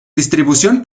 distribución